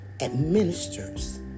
administers